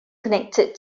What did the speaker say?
connected